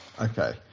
Okay